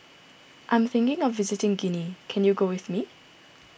I am thinking of visiting Guinea can you go with me